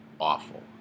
Awful